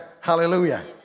hallelujah